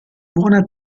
buona